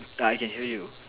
I can hear you